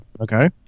Okay